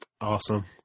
awesome